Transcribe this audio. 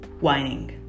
whining